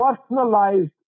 personalized